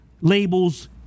labels